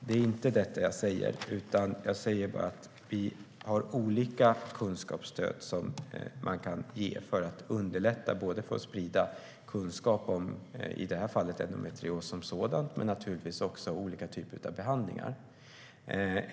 Det är inte detta jag säger. Vad jag säger är att det finns olika kunskapsstöd att ge för att sprida kunskap om i det här fallet endometrios som sådan och naturligtvis också om olika typer av behandlingar.